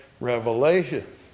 Revelation